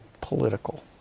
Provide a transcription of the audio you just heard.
political